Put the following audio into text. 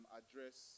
address